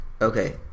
Okay